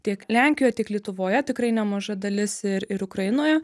tiek lenkijoje tiek lietuvoje tikrai nemaža dalis ir ir ukrainoje